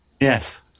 Yes